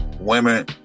women